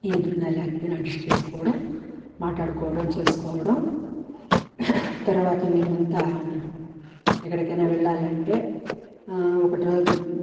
ఏదున్నా లేకపోయినా అడ్జస్ట్ చేసుకోవటం మాట్టాడుకోవడం చేసుకోవడం తరవాత మేమంతా ఎక్కడికైనా వెళ్ళాలంటే ఒక డ్ర